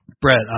Brett